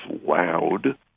loud